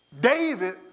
David